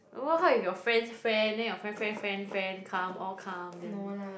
What how if your friend's friend then your friend friend friend friend come all come then